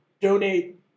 donate